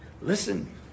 listen